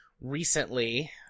recently